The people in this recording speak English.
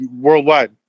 worldwide